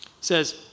says